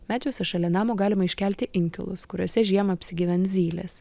medžiuose šalia namo galima iškelti inkilus kuriuose žiemą apsigyvens zylės